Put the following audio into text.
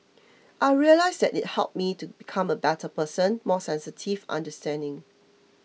I realised that it helped me to become a better person more sensitive understanding